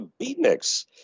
beatniks